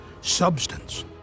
substance